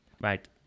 Right